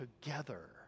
together